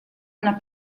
una